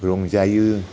रंजायो